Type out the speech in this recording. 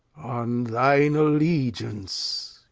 on thine allegiance,